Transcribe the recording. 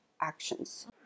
actions